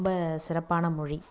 ரொம்ப சிறப்பான மொழி